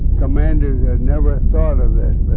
commanders had never thought of